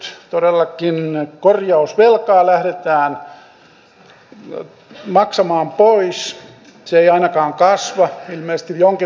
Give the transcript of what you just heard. myös vapaaehtoisten harjoitusten ja reservin omaehtoisen koulutuksen edellytykset turvataan